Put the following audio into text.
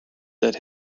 that